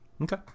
Okay